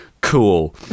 Cool